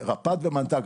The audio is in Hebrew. רפ"ד ומנת"ג.